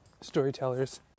storytellers